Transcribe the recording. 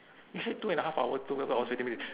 you said two and a half hour two half hours fifteen minute